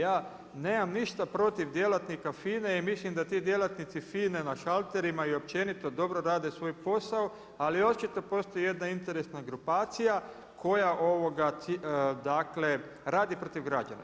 Ja nema ništa protiv djelatnika FINA-e i mislim da ti djelatnici FINA-e na šalterima i općenito rade svoj posao, ali očito postoji jedna interesna grupacija, koja radi protiv građana.